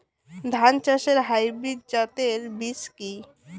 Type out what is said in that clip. ধান চাষের হাইব্রিড জাতের বীজ কি?